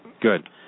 good